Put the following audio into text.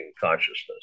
consciousness